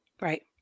right